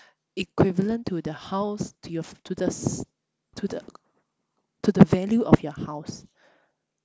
equivalent to the house to your f~ to the s~ to the to the value of your house